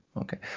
okay